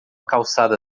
calçada